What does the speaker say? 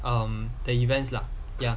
um the events lah ya